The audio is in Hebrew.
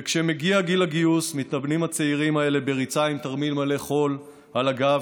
וכשמגיע גיל הגיוס מתאמנים הצעירים האלה בריצה עם תרמיל מלא חול על הגב,